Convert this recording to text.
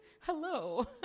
hello